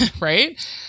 Right